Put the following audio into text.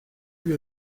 lui